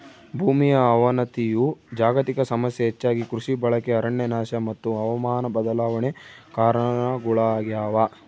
ಭೂಮಿಯ ಅವನತಿಯು ಜಾಗತಿಕ ಸಮಸ್ಯೆ ಹೆಚ್ಚಾಗಿ ಕೃಷಿ ಬಳಕೆ ಅರಣ್ಯನಾಶ ಮತ್ತು ಹವಾಮಾನ ಬದಲಾವಣೆ ಕಾರಣಗುಳಾಗ್ಯವ